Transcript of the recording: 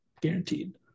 guaranteed